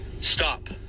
Stop